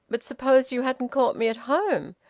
but suppose you hadn't caught me at home?